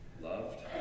Loved